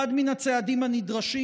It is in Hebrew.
אחד מן הצעדים הנדרשים,